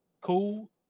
cool